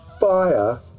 Fire